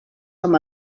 com